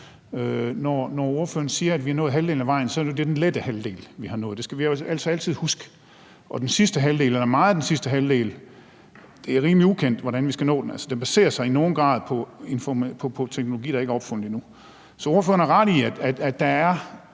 Når ordføreren siger, at vi er nået halvdelen af vejen, så er det jo den lette halvdel, vi har nået. Det skal vi altså altid huske. Og det er rimelig ukendt, hvordan vi skal nå den sidste halvdel. Den baserer sig i nogen grad på teknologi, der ikke er opfundet endnu. Så ordføreren har ret i, at det her